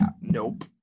nope